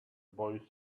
boy